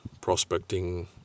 prospecting